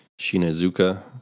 Shinazuka